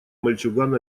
мальчуган